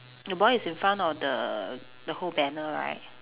the boy is in front of the the whole banner right